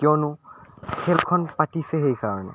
কিয়নো খেলখন পাতিছে সেইকাৰণে